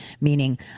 meaning